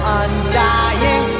undying